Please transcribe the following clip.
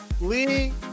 Lee